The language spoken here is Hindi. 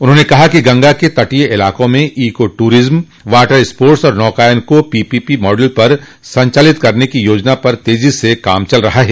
उन्होंने कहा कि गंगा के तटीय इलाकों में इको टूरिज्म वॉटर स्पोर्ट्स और नौकायन को पीपोपी मॉडल पर संचालित करने की योजना पर तेजी से काम चल रहा है